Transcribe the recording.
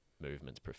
movements